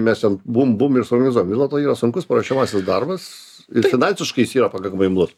mes ten bum bum ir suorganizuojam vis dėlto yra sunkus paruošiamasis darbas ir finansiškai jis yra pakankamai imlus